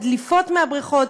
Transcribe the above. הדליפות מהבריכות,